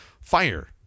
fire